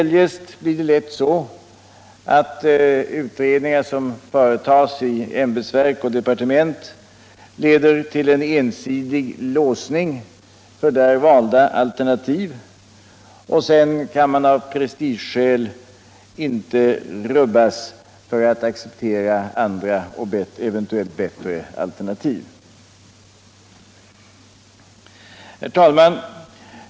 Det blir lätt så att utredningar som företas i ämbetsverk och departement leder till en ensidig låsning för där valda alternativ, och sedan kan man av prestigeskäl inte rubba och acceptera andra och eventuellt bättre alternativ. Herr talman!